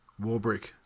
Warbrick